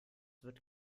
wird